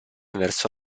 verso